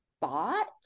bought